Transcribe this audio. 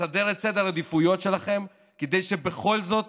לסדר את סדר העדיפויות שלכם כדי שבכל זאת